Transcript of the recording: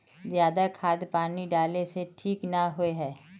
ज्यादा खाद पानी डाला से ठीक ना होए है?